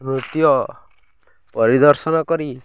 ନୃତ୍ୟ ପରିଦର୍ଶନ କରି